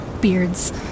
beards